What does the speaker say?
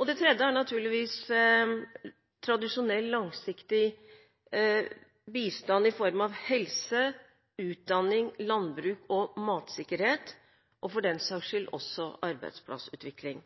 Og det tredje er naturligvis tradisjonell langsiktig bistand i form av helse, utdanning, landbruk og matsikkerhet – og, for den saks skyld, også arbeidsplassutvikling.